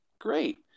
Great